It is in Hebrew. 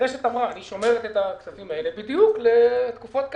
רש"ת אמרה: אני שומרת את הכסף הזה בדיוק לתקופות כאלה,